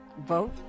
Vote